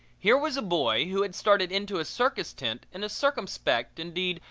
here was a boy who had started into a circus tent in a circumspect, indeed,